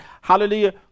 hallelujah